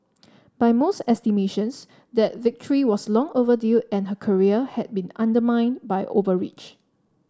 by most estimations that victory was long overdue and her career had been undermined by overreach